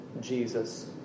Jesus